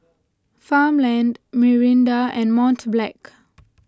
Farmland Mirinda and Mont Blanc